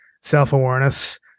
self-awareness